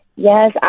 Yes